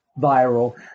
viral